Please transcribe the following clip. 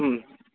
ம்